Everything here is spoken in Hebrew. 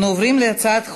החוק הבאה,